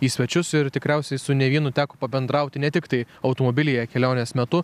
į svečius ir tikriausiai su ne vienu teko pabendrauti ne tiktai automobilyje kelionės metu